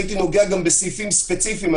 הייתי נוגע גם בסעיפים ספציפיים,